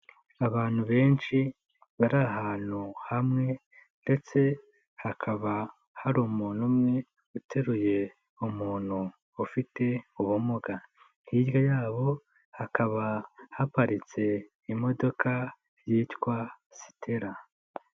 Abantu benshi bari ahantu hamwe ndetse hakaba hari umuntu umwe uteruye umuntu ufite ubumuga. Hirya yabo hakaba haparitse imodoka yitwa Sitera.